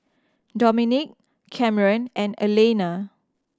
Dominick Kamren and Alayna